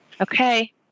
Okay